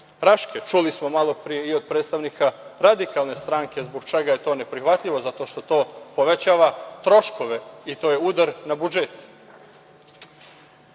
Čuli smo malopre i od predstavnika Radikalne stranke zbog čega je to neprihvatljivo, zato što to povećava troškove i to je udar na budžet. Ustav